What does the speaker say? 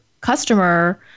customer